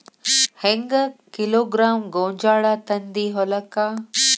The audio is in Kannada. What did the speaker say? ಹೆಂಗ್ ಕಿಲೋಗ್ರಾಂ ಗೋಂಜಾಳ ತಂದಿ ಹೊಲಕ್ಕ?